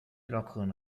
lockeren